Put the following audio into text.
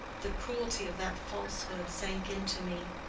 the cruelty of that falsehood sank into me,